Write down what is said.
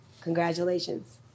Congratulations